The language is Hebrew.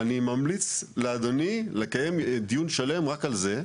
אני ממליץ לאדוני לקיים דיון שלם רק על זה,